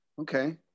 okay